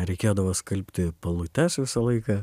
reikėdavo skalbti palutes visą laiką